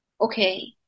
Okay